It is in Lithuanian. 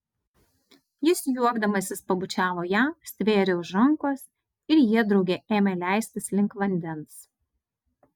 jis juokdamasis pabučiavo ją stvėrė už rankos ir jie drauge ėmė leistis link vandens